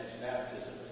baptism